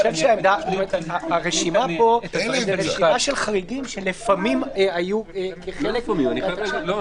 הרשימה פה זה רשימה של חריגים שלפעמים היו כחלק --- לא,